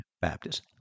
Baptist